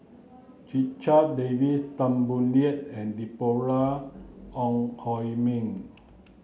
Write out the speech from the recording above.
Checha Davies Tan Boo Liat and Deborah Ong Hui Min